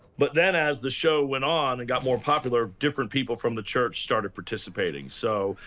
but then, as the show went on, and got more popular, different people from the church started participating. so,